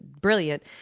brilliant